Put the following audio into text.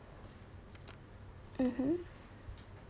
mmhmm